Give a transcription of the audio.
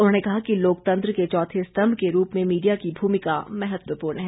उन्होंने कहा कि लोकतंत्र के चौथे स्तंभ के रूप में मीडिया की भूमिका महत्वपूर्ण है